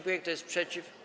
Kto jest przeciw?